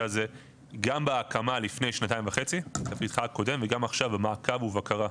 הזה גם בהקמה לפני שנתיים וחצי בתפקידך הקודם וגם עכשיו במעקב ובקרה.